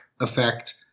effect